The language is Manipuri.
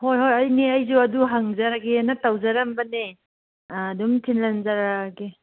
ꯍꯣꯏ ꯍꯣꯏ ꯏꯅꯦ ꯑꯩꯁꯨ ꯑꯗꯨ ꯍꯪꯖꯔꯒꯦꯅ ꯇꯧꯖꯔꯝꯕꯅꯦ ꯑꯗꯨꯝ ꯊꯤꯜꯍꯟꯖꯔꯛꯑꯒꯦ